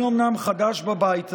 אני אומנם חדש בבית הזה,